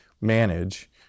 manage